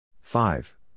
five